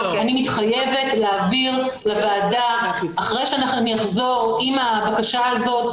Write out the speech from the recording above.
אני מתחייבת להעביר לוועדה אחרי שאני אחזור עם הבקשה הזאת,